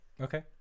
Okay